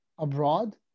abroad